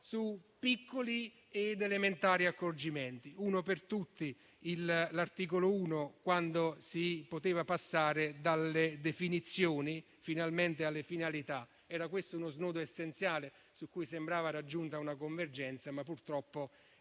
su piccoli ed elementari accorgimenti: uno per tutti l'articolo 1, quando si poteva passare dalle definizioni finalmente alle finalità. Era questo uno snodo essenziale su cui sembrava raggiunta una convergenza, ma purtroppo